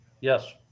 Yes